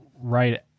right